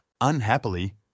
Unhappily